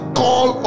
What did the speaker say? call